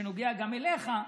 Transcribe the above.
שנוגע גם אליך,